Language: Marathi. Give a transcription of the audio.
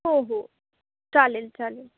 हो हो चालेल चालेल